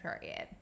period